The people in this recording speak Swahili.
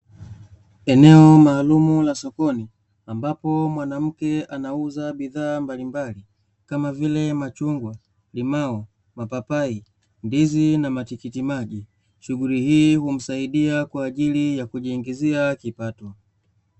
Eneo maalumu la sokoni ambapo mwanamke anauza bidhaa mbalimbali kama vile machungwa, limao, mapapai, ndizi na matikiti maji. Shughuli hii humsaidia kwa ajili ya kujiingizia kipato.